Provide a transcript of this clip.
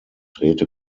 drehte